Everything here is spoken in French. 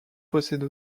possède